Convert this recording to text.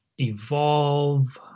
Evolve